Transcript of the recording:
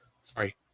Sorry